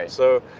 so,